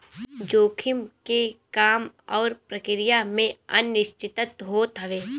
जोखिम के काम अउरी प्रक्रिया में अनिश्चितता होत हवे